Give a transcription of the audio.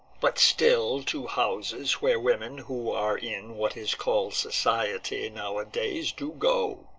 but still to houses where women who are in what is called society nowadays do go.